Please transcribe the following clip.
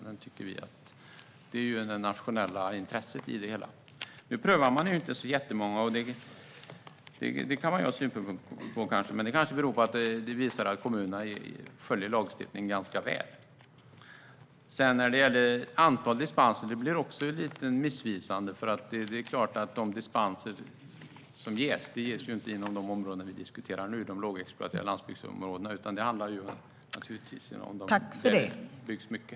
Det handlar om det nationella intresset. Nu överprövas inte så många fall, och det kan man ha synpunkter på. Men det kanske beror på att kommunerna följer lagstiftningen ganska väl. När det gäller antalet dispenser blir det också lite missvisande. Det är klart att de dispenser som ges inte ges inom de områden som vi diskuterar nu - de lågexploaterade landsbygdsområdena - utan de ges inom de områden där det byggs mycket.